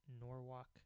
norwalk